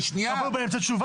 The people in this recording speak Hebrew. במקרה